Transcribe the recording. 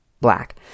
black